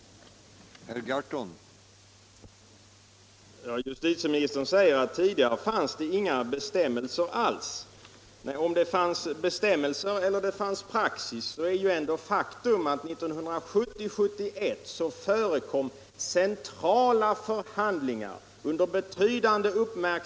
Torsdagen den